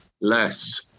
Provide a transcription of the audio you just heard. less